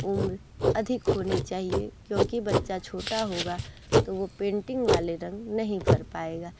उम्र अधिक होनी चाहिए क्योंकि बच्चा छोटा होगा तो वो पेंटिंग वाले रंग नहीं भर पाएगा